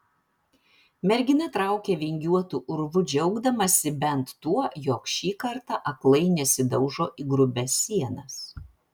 mergina traukė vingiuotu urvu džiaugdamasi bent tuo jog šį kartą aklai nesidaužo į grubias sienas